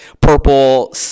purple